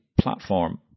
platform